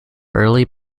early